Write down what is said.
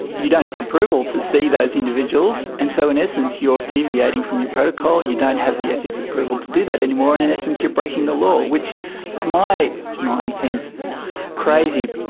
you don't have approval to see those individuals, and so in essence you're deviating from your protocol, you don't have the ethics approval to do that anymore and in essence you're breaking the law, which to my mind seems crazy.